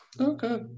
okay